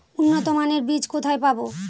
উন্নতমানের বীজ কোথায় পাব?